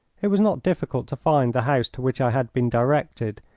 it was not difficult to find the house to which i had been directed,